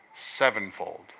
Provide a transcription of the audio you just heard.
sevenfold